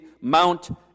Mount